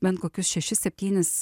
bent kokius šešis septynis